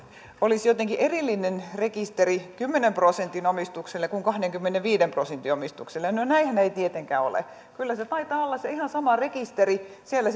olisi jotenkin erillinen rekisteri kymmenen prosentin omistuksille kuin kahdenkymmenenviiden prosentin omistuksille no näinhän ei tietenkään ole kyllä se taitaa olla se ihan sama rekisteri siellä